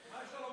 מה יש לו לומר?